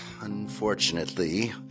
unfortunately